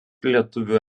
lietuvių